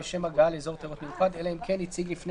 לשם הגעה לאזור תיירות מיוחד אלא אם כן הציג לפני